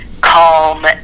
calm